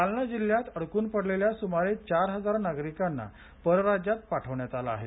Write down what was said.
जालना जिल्ह्यात अडकून पडलेल्या सुमारे चार हजार नागरिकांना परराज्यात पाठवण्यात आलं आहे